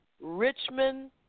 Richmond